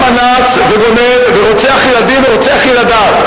גם אנס וגונב ורוצח ילדים ורוצח ילדיו,